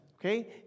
okay